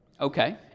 Okay